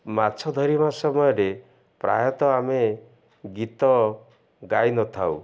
ମାଛ ଧରିବା ସମୟରେ ପ୍ରାୟତଃ ଆମେ ଗୀତ ଗାଇନଥାଉ